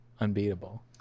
unbeatable